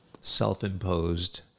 self-imposed